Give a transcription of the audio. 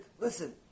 listen